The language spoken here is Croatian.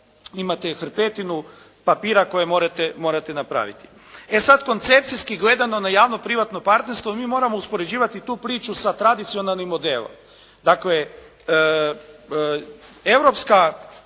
imate hrpetinu papira koje morate napraviti. E sad, koncepcijski gledano na javno-privatno partnerstvo mi moramo uspoređivati tu priču sa tradicionalnim modelom. Dakle, Europsko